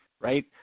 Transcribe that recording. right